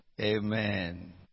Amen